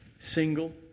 Single